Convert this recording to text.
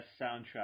soundtrack